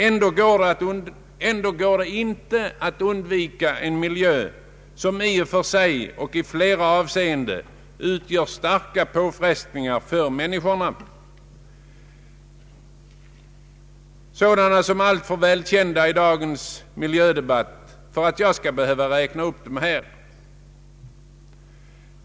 ändå går det inte att undvika en miljö, som i flera avseenden medför starka påfrestningar på människorna, påfrestningar som är alltför välkända i dagens miljödebatt för att jag skall behöva räkna upp dem här.